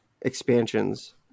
expansions